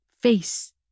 face